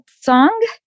song